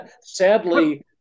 Sadly